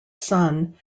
son